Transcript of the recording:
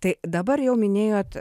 tai dabar jau minėjot